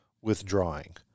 withdrawing